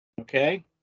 okay